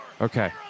Okay